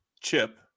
Chip